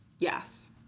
Yes